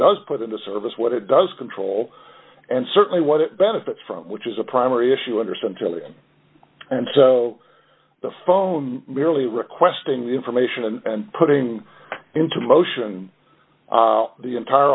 does put into service what it does control and certainly what it benefits from which is a primary issue under centrally and so the phone merely requesting information and putting into motion the entire